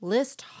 List